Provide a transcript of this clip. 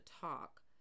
talk